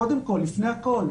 זה קודם כל ולפני הכול.